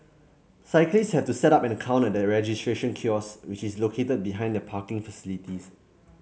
cyclists have to set up in an account at the registration kiosks which is located behind the parking facility